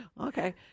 Okay